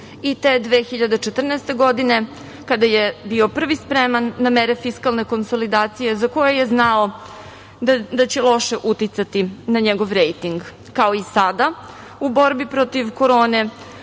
i te 2014. godine kada je bio prvi spreman na mere fiskalne konsolidacije za koje je znao da će loše uticati na njegov rejting. Kao i sada u borbi protiv korone,